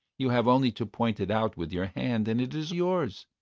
you have only to point it out with your hand and it is yours.